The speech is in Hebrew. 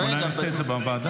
אולי נעשה את זה בוועדה.